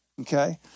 Okay